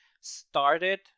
started